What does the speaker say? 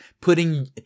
putting